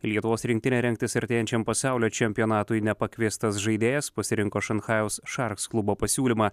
lietuvos rinktinei rengtis artėjančiam pasaulio čempionatui nepakviestas žaidėjas pasirinko šanchajaus šarks klubo pasiūlymą